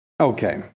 Okay